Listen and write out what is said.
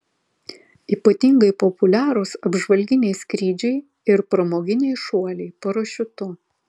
ypatingai populiarūs apžvalginiai skrydžiai ir pramoginiai šuoliai parašiutu